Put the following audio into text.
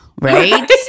Right